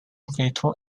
fatal